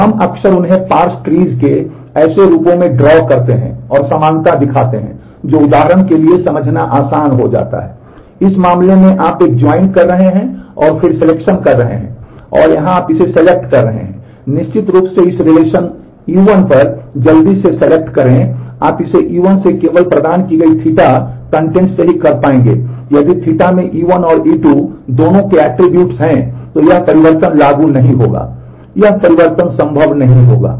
तो हम अक्सर उन्हें पार्स ट्रीज हैं तो यह परिवर्तन लागू नहीं होगा यह परिवर्तन संभव नहीं होगा